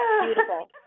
beautiful